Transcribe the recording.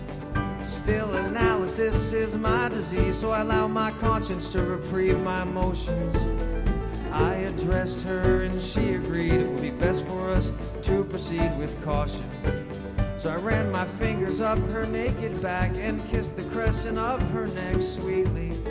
still and analysis is my disease so i allow my conscience to reprieve my emotions i addressed her and she agreed it would be best for us to proceed with caution so i ran my fingers up her naked back and kissed the crescent of her neck sweetly